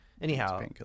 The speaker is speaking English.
Anyhow